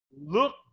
look